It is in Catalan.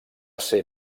ser